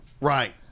Right